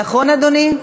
נכון, אדוני?